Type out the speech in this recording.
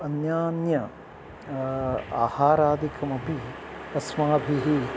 अन्यान्य आहारादिकमपि अस्माभिः